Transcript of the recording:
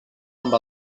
amb